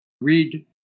read